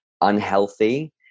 unhealthy